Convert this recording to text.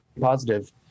positive